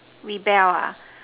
rebel ah